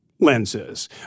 lenses